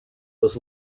was